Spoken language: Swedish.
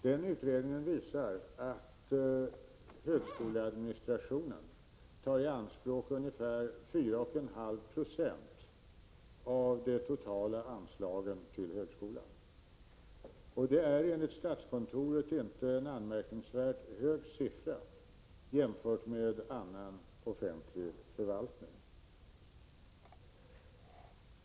Den utredningen visar att högskoleadministrationen tar i anspråk ungefär 4,5 96 av de totala anslagen till högskolan. Det är enligt statskontoret inte en anmärkningsvärt hög siffra jämfört med vad som förekommer inom annan offentlig förvaltning.